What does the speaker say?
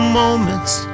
moments